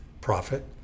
profit